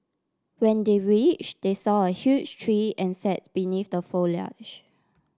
when they reach they saw a huge tree and sat beneath the foliage